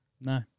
No